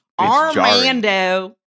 Armando